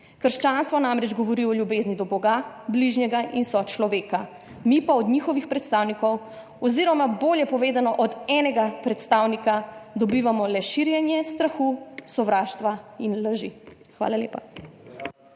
Krščanstvo namreč govori o ljubezni do Boga, bližnjega in sočloveka, mi pa od njihovih predstavnikov oziroma bolje povedano od enega predstavnika dobivamo le širjenje strahu, sovraštva in laži. Hvala lepa.